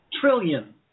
trillion